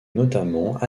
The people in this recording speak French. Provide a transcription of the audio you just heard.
notamment